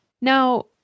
Now